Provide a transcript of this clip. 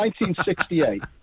1968